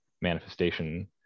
manifestation